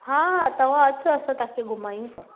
हा तव्हां अचो असां तव्हां खे घुमायूं था